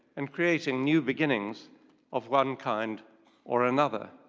and creating new beginnings of one kind or another.